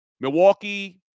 Milwaukee